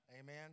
Amen